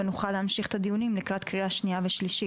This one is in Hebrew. ונוכל להמשיך את הדיונים לקראת קריאה שנייה ושלישית,